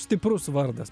stiprus vardas